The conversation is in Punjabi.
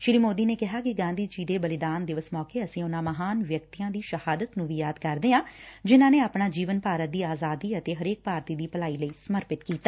ਸ੍ਰੀ ਸੋਦੀ ਨੇ ਕਿਹਾ ਕਿ ਗਾਧੀ ਜੀ ਦੇ ਬਲੀਦਾਨ ਦਿਵਸ ਸੌਕੇ ਅਸੀ ਉਨੂਾ ਮਹਾਨ ਵਿਅਕਤੀਆਂ ਦੇ ਸ਼ਹਾਦਤ ਨੂੰ ਵੀ ਯਾਦ ਕਰਦੇ ਆਂ ਜਿਨਾਂ ਨੇ ਆਪਣਾ ਜੀਵਨ ਭਾਰਤ ਦੀ ਆਜ਼ਾਦੀ ਅਤੇ ਹਰੇਕ ਭਾਰਤੀ ਦੀ ਭਲਾਈ ਲਈ ਸਮਰਪਿਤ ਕੀਤਾ